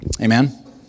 Amen